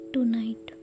Tonight